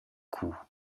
cou